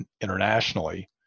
internationally